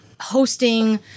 hosting –